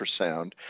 ultrasound